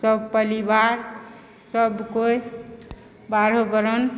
सभ पलिवार सबकोइ बारहो बरन